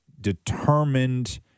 determined